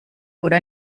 oder